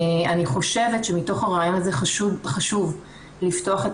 אני חושבת שמתוך הרעיון הזה חשוב לפתוח את